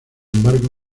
embargo